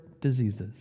diseases